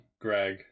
Greg